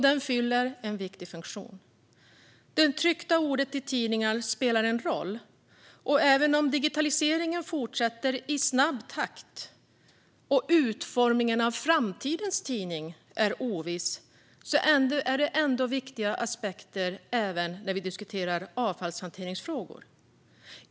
Den fyller en viktig funktion, och det tryckta ordet i tidningar spelar en roll. Även om digitaliseringen fortsätter i snabb takt och utformningen av framtidens tidning är oviss är det viktiga aspekter även när vi diskuterar avfallshanteringsfrågor.